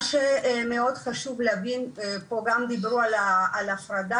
מה שמאוד חשוב להבין פה וגם דיברו על הפרדה